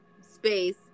space